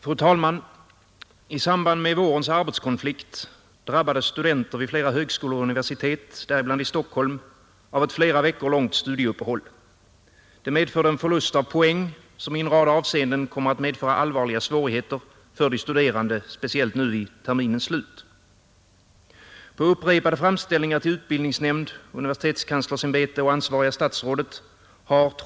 Fru talman! I samband med vårens arbetskonflikt drabbades studenter vid flera högskolor och universitet, däribland i Stockholm, av ett flera veckor långt studieuppehåll. Detta medförde en förlust av poäng, som i en rad avseenden kommer att medföra allvarliga svårigheter för de studerande, Någon som helst lösning på detta problem har inte presterats av berörda myndigheter. Vid stormöte den 17 mars har från studenthåll krävts, att de drabbade studenterna skall kunna tillgodoräkna sig full poäng för vårterminen och att ersättningsundervisning skall vara frivillig.